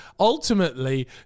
Ultimately